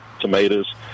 tomatoes